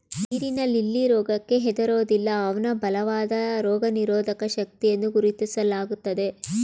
ನೀರಿನ ಲಿಲ್ಲಿ ರೋಗಕ್ಕೆ ಹೆದರೋದಿಲ್ಲ ಅವ್ನ ಬಲವಾದ ರೋಗನಿರೋಧಕ ಶಕ್ತಿಯೆಂದು ಗುರುತಿಸ್ಲಾಗ್ತದೆ